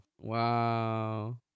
Wow